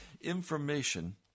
Information